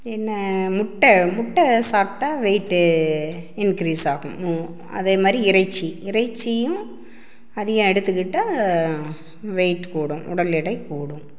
என்ன முட்டை முட்டை சாப்பிட்டா வெயிட்டு இன்க்ரீஸ் ஆகும் அதே மாதிரி இறைச்சி இறைச்சியும் அதிகம் எடுத்துக்கிட்டால் வெயிட் கூடும் உடை எடை கூடும்